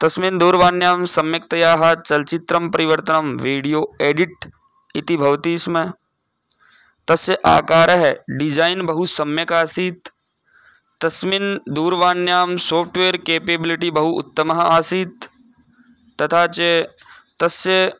तस्मिन् दूरवाण्यां सम्यक्तया चलच्चित्रं परिवर्तनं विडियो एडिट् इति भवति स्म तस्य आकारः डिज़ैन् बहुसम्यक् आसीत् तस्मिन् दूरवाण्यां साफ़्ट्वेर् केप्बिलिटि बहु उत्तमः आसीत् तथा च तस्य